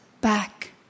back